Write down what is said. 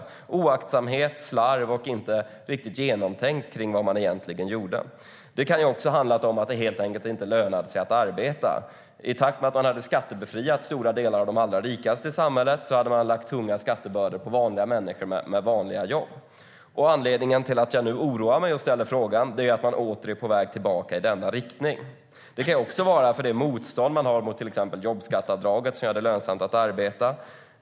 Det kan gälla oaktsamhet, slarv och att det inte var riktigt genomtänkt vad man egentligen gjorde. Anledningen till att jag nu oroar mig och ställer frågan är att man åter är på väg tillbaka i denna riktning. Det kan också handla om det motstånd man har mot till exempel jobbskatteavdraget, som gör det lönsamt att arbeta.